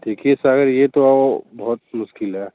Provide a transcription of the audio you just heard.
देखिए सर ये तो बहुत मुश्किल है